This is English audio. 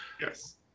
Yes